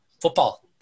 football